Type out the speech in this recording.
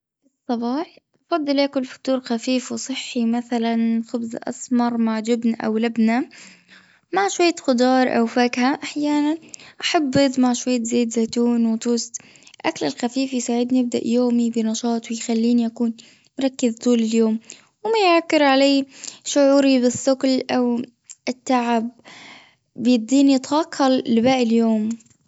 في الصباح أفضل أكل فطور خفيف وصحي مثلا خبز أسمر مع جبنة أو لبنة مع شوية خضار أو فاكهة أحيانا أحب بيض مع شوية زيت زيتون وتوست الأكل الخفيف يساعدني ابدأ يومي بنشاط ويخليني أكون مركز طول اليوم وما يعكر علي شعوري بالثقل او التعب. بيديني طاقة لباقي اليوم.